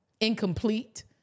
incomplete